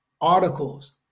articles